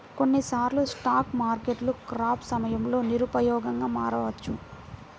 కొన్నిసార్లు స్టాక్ మార్కెట్లు క్రాష్ సమయంలో నిరుపయోగంగా మారవచ్చు